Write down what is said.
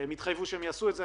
הם התחייבו שהם יעשו את זה.